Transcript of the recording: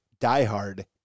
diehard